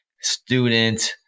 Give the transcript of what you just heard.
student